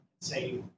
say